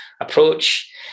approach